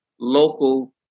local